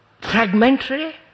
fragmentary